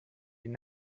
zehn